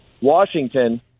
Washington